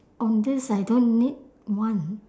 on this I don't need one